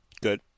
Good